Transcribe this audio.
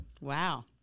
Wow